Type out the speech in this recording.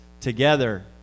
together